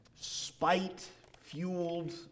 spite-fueled